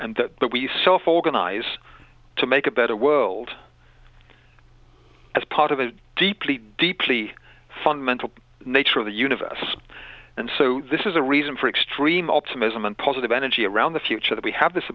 eyes to make a better world as part of a deeply deeply fundamental nature of the universe and so this is a reason for extreme optimism and positive energy around the future that we have this